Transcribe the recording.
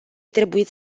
trebuit